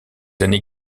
années